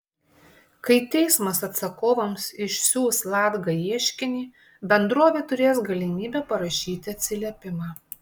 kai teismas atsakovams išsiųs latga ieškinį bendrovė turės galimybę parašyti atsiliepimą